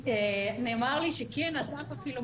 תשובה עקרונית ואז להתייחס ספציפית